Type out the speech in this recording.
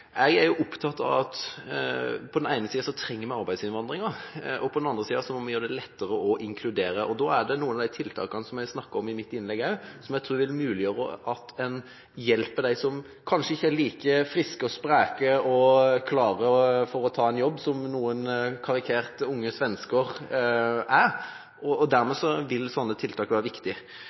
Jeg er opptatt av at vi på den ene siden trenger arbeidsinnvandringen, og på den andre siden må vi gjøre det lettere å inkludere. Da er det noen av de tiltakene som jeg snakket om i mitt innlegg, som jeg tror vil muliggjøre at en hjelper dem som kanskje ikke er like friske og spreke og klare for å ta en jobb som noen karikerte unge svensker er. Dermed vil sånne tiltak være